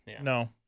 No